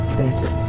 better